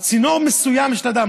צינור מסוים של הדם,